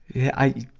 i,